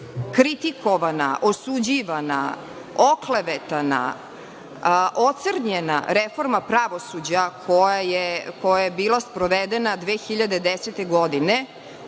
kritikovana, osuđivana, oklevetana, ocrnjena reforma pravosuđa koja je bila sprovedena 2010. godine